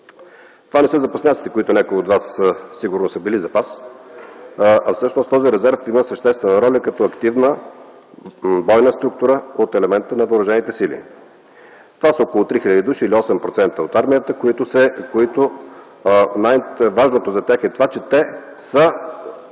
Това не са запасняците, някои от вас сигурно са били запас, всъщност този резерв има съществена роля като активна бойна структура от елемента на Въоръжените сили. Това са около 3000 души или 8% от армията, за които най-важното е това, че те са